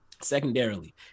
Secondarily